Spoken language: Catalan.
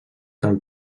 del